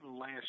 last